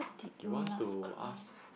you want to ask